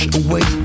away